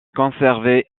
conservé